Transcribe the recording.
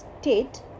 state